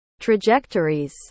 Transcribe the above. trajectories